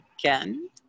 again